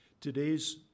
Today's